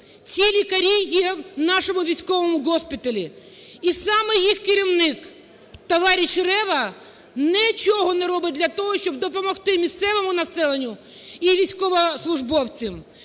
Ці лікарі є в нашому військовому госпіталі, і саме їх керівник товарищ Рева нічого не робить для того, щоб допомогти місцевому населенню і військовослужбовцям.